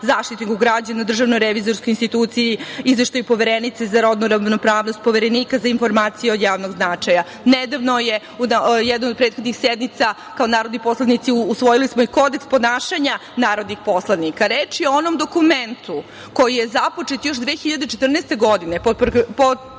Zaštitniku građana, DRI, izveštaju Poverenice za rodnu ravnopravnost, Poverenika za informacije od javnog značaja. Nedavno je na jednoj od prethodnih sednica, kao narodni poslanici, usvojili smo i Kodeks ponašanja narodnih poslanika. Reč je o onom dokumentu koji je započet još 2014. godine